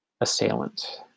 assailant